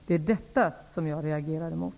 Det är detta som jag reagerar mot.